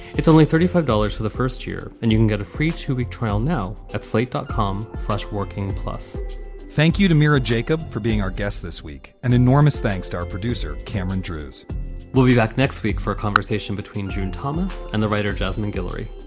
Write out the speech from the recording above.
it's only thirty five dollars for the first year and you can get a free two week trial now at slate dot com slash working plus thank you to mira jacob jacob for being our guest this week. an enormous thanks to our producer, cameron drewes we'll be back next week for a conversation between june thomas and the writer jasmine guillory.